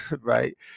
right